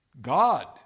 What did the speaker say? God